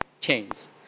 chains